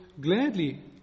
gladly